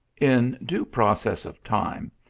in due process of time,